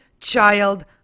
child